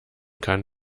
kann